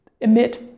emit